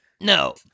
No